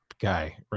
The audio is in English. guy